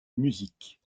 musique